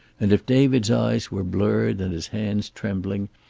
and if david's eyes were blurred and his hands trembling,